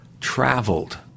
traveled